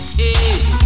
hey